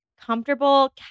comfortable